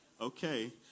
Okay